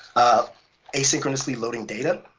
ah asynchronously loading data,